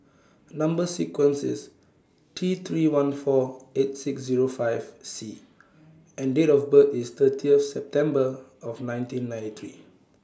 Number sequence IS T three one four eight six Zero five C and Date of birth IS thirty September of nineteen ninety three